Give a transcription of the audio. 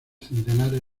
centenares